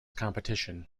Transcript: competition